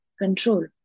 control